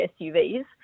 SUVs